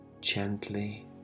gently